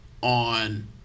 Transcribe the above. on